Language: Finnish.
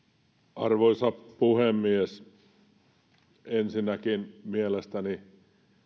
arvoisa puhemies ensinnäkin mielestäni